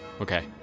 Okay